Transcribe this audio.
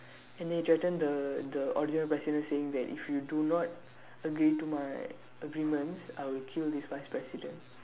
and then the the original president saying that if you do not agree to my agreements I will kill this vice president